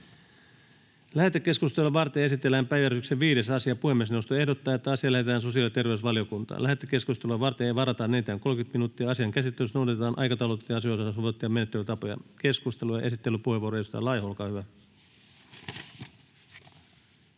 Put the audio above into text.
Lähetekeskustelua varten esitellään päiväjärjestyksen 5. asia. Puhemiesneuvosto ehdottaa, että asia lähetetään sosiaali- ja terveysvaliokuntaan. Lähetekeskusteluun varataan enintään 30 minuuttia. Asian käsittelyssä noudatetaan aikataulutettujen asioiden osalta sovittuja menettelytapoja. — Keskustelu, esittelypuheenvuoro, edustaja